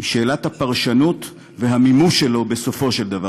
שאלת הפרשנות והמימוש שלו בסופו של דבר,